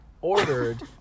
ordered